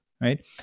right